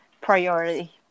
priority